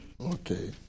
Okay